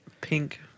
Pink